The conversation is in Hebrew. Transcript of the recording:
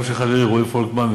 גם של חברי רועי פולקמן,